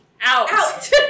out